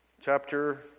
chapter